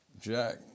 Jack